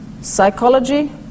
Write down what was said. psychology